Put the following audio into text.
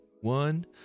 one